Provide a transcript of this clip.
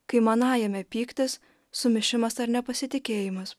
kai manajame pyktis sumišimas ar nepasitikėjimas